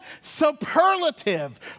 superlative